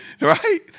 right